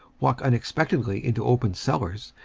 walk unexpectedly into open cellars,